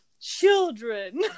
Children